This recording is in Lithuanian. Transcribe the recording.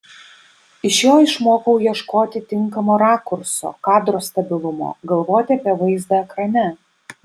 iš jo išmokau ieškoti tinkamo rakurso kadro stabilumo galvoti apie vaizdą ekrane